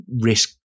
risk